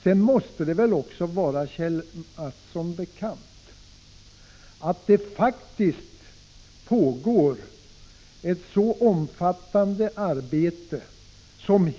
Det måste väl ändå vara Kjell Mattsson bekant att man faktiskt har påbörjat ett mycket omfattande arbete på detta område.